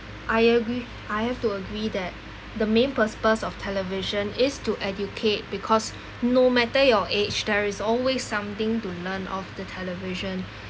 I agree I have to agree that the main purpose of television is to educate because no matter your age there is always something to learn of the television